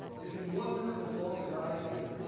if you wonder as long as i did,